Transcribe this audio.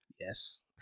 yes